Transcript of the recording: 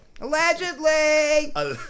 allegedly